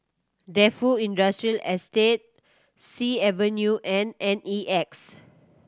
Defu Industrial Estate Sea Avenue and N E X